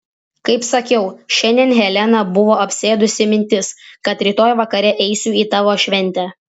kaip sakiau šiandien heleną buvo apsėdusi mintis kad rytoj vakare eisiu į tavo šventę